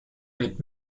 mit